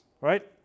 right